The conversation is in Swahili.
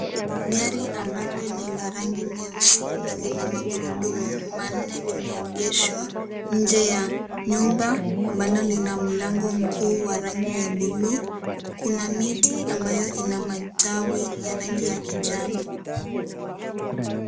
Gari ambalo ni la rangi nyeusi na lina magurudumu manne, limeegeshwa nje ya nyumba ambalo lina mlango mkuu wa rangi ya buluu ,kuna miti ambayo ina matawi ya rangi ya kijani.